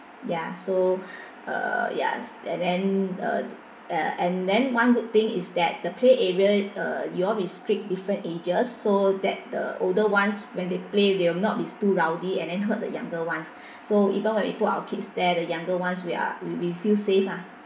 ya so uh yes and then uh and then one good thing is that the play area uh you all restrict different ages so that the older ones when they play they will not be too rowdy and then hurt the younger ones so even when we put our kids there the younger ones we are we we feel safe ah